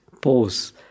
pause